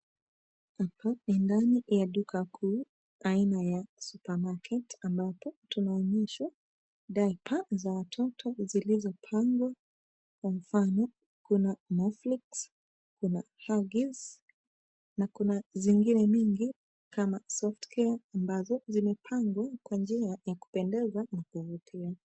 Hapa, indani ya duka kuu aina ya supermarket ambapo tunaonyeshwa daipa za watoto zilizo pangwa, kwa mfano, kuna Moflix, kuna Huggies, na kuna zingine mingi kama Softcare ambazo zimepangwa kwa njia ya kupendeza na kuvutia.